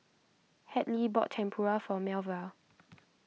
Hadley bought Tempura for Melva